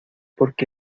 porque